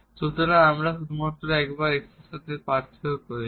সুতরাং আমরা শুধুমাত্র একবার x এর সাথে পার্থক্য করেছি